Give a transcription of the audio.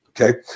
Okay